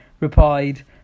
replied